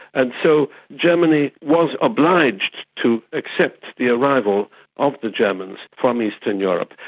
and so germany was obliged to accept the arrival of the germans from eastern europe.